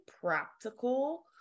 practical